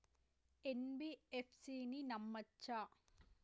NBFC ని నమ్మచ్చా?